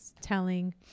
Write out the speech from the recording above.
telling